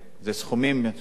אלה סכומים, את יודעת,